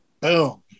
Boom